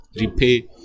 repay